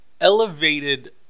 elevated